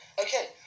Okay